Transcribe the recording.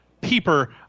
Peeper